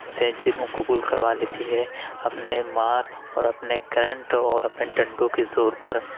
اسے جرم قبول کروا لیتی ہے اپنے مار اور اپنے کرنٹ اور اپنے ڈنڈوں کے زور پر